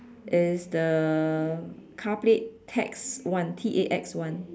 is the car plate tax one T A X one